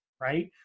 right